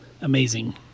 amazing